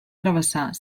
travessar